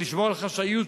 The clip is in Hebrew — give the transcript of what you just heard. אבל לשמור על חשאיות,